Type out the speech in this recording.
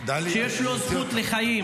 שיש לו זכות לחיים,